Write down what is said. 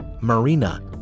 marina